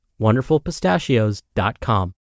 wonderfulpistachios.com